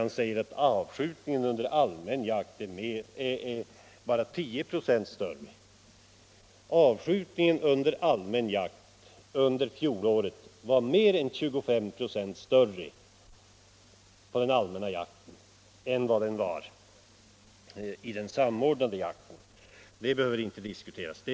Han säger att avskjutningen under allmän jakt bara är 10 96 större. I fjol var avskjutningen under allmän jakt mer än 25 96 större än under den samordnade jakten. Det behöver inte diskuteras.